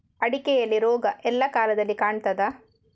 ಅಡಿಕೆಯಲ್ಲಿ ರೋಗ ಎಲ್ಲಾ ಕಾಲದಲ್ಲಿ ಕಾಣ್ತದ?